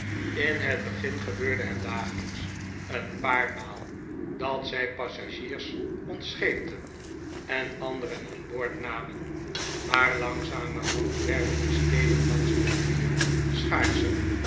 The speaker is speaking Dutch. in het begin gebeurde het dagelijks een paar maal dat zij passagiers ontscheepten en andere aan boord namen maar langzamerhand werden de steden langs de rivier schaarscher